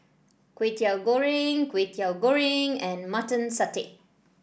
Kway Teow Goreng Kway Teow Goreng and Mutton Satay